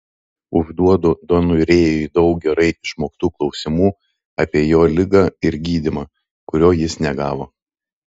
užduodu doniui rėjui daug gerai išmoktų klausimų apie jo ligą ir gydymą kurio jis negavo